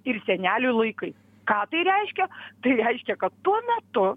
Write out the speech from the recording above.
ir senelių laikais ką tai reiškia tai reiškia kad tuo metu